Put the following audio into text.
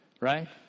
right